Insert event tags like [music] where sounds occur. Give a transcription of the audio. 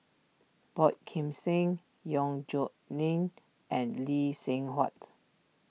Boey Kim [unintelligible] Yong [unintelligible] Lin and Lee Seng Huat